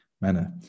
manner